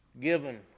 Given